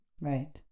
Right